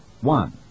One